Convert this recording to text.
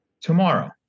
tomorrow